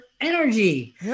energy